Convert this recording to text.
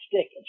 stick